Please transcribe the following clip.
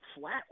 flat